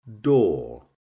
door